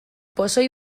pozoi